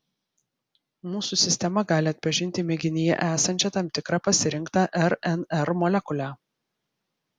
mūsų sistema gali atpažinti mėginyje esančią tam tikrą pasirinktą rnr molekulę